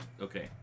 okay